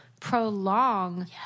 prolong